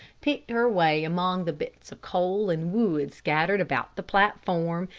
picked her way among the bits of coal and wood scattered about the platform,